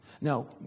Now